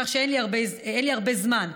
כך שאין לי הרבה זמן.